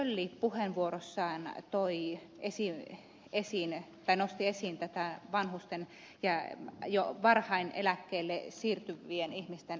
tölli puheenvuorossaan nosti esiin vanhusten ja jo varhain eläkkeelle siirtyvien ihmisten alkoholisoitumista